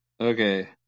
Okay